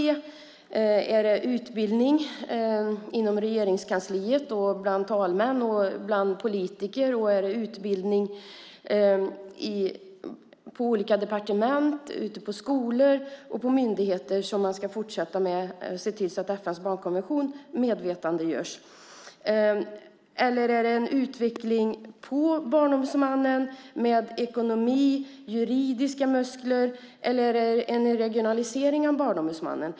Ska man fortsätta med utbildning inom Regeringskansliet, bland talmän, bland politiker, på olika departement, ute på skolor och på myndigheter för att se till att FN:s barnkonvention medvetandegörs? Eller är det en utveckling på Barnombudsmannen som handlar om ekonomi och juridiska muskler? Eller är det en regionalisering av Barnombudsmannen?